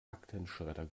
aktenschredder